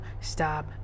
stop